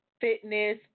fitness